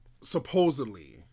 supposedly